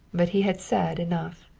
but he had said enough.